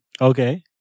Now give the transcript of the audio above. Okay